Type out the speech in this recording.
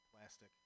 plastic